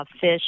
Fish